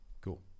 Cool